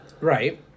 Right